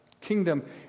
kingdom